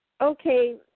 Okay